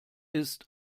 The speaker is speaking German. ist